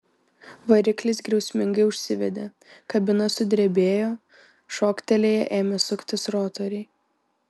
variklis griausmingai užsivedė kabina sudrebėjo šoktelėję ėmė suktis rotoriai